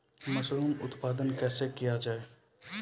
Mushroom उत्पादन कैसे किया जाय?